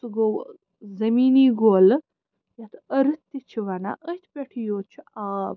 سُہ گوٚو زٔمیٖنی گولہٕ یَتھ أرٕتھ تہِ چھِ وَناں أتھۍ پٮ۪ٹھٕے یوت چھُ آب